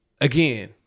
again